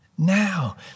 Now